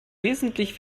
wesentlich